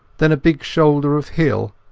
then a big shoulder of hill,